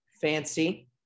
Fancy